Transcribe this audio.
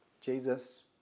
Jesus